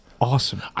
Awesome